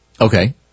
Okay